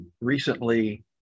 recently